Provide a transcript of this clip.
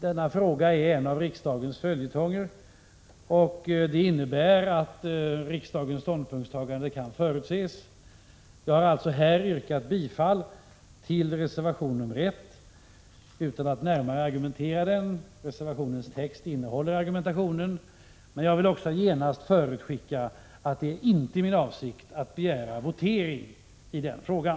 Denna fråga är en av riksdagens följetonger, och det innebär att riksdagens ståndpunktstagande kan förutses. Jag har alltså här yrkat bifall till reservation 1 utan att närmare argumentera för den —reservationens text innehåller argumentationen — men jag vill också genast förutskicka att det inte är min avsikt att begära votering i den frågan.